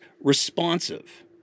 responsive